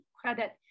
credit